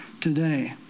today